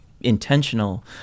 intentional